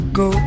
go